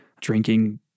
drinking